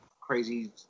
crazy